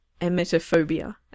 emetophobia